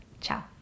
Ciao